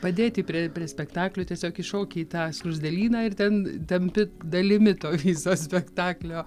padėti prie prie spektaklio tiesiog įšoki į tą skruzdėlyną ir ten tampi dalimi to viso spektaklio